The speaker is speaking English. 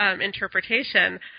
interpretation